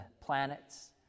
planets